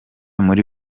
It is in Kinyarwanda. muri